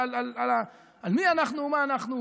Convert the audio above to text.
על מי אנחנו ומה אנחנו.